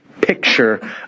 picture